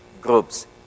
groups